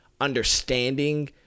understanding